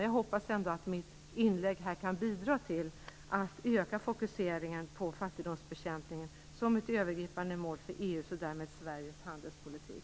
Jag hoppas ändå att mitt inlägg här kan bidra till att öka fokuseringen på fattigdomsbekämpningen som ett övergripande mål för EU:s, och därmed Sveriges, handelspolitik.